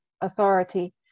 authority